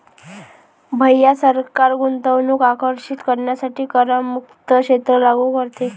भैया सरकार गुंतवणूक आकर्षित करण्यासाठी करमुक्त क्षेत्र लागू करते